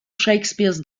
shakespeares